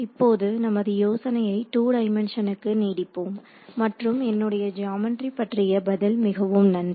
இப்போது நமது யோசனையை 2 டைம்மனுஷனுக்கு நீடிப்போம் மற்றும் என்னுடைய ஜியாமெட்ரி பற்றிய பதில் மிகவும் நன்று